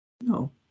No